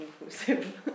inclusive